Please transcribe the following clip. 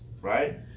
right